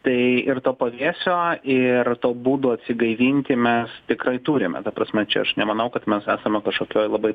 tai ir to pavėsio ir tuo būdo atsigaivinti mes tikrai turime ta prasme čia aš nemanau kad mes esame kažkokioj labai